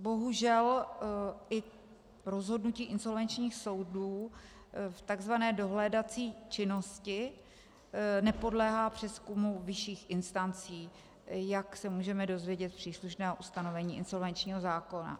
Bohužel i rozhodnutí insolvenčních soudů v takzvané dohlédací činnosti nepodléhá přezkumu vyšších instancí, jak se můžeme dozvědět z příslušného ustanovení insolvenčního zákona.